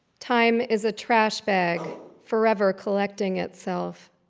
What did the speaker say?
time is a trash bag, forever collecting itself.